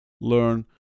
learn